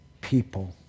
people